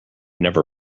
never